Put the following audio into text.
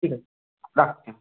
ঠিক আছে রাখছি হ্যাঁ